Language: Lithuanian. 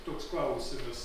toks klausimas visai